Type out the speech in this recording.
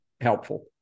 helpful